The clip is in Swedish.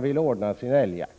vill ordna sin älgjakt.